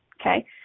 okay